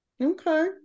Okay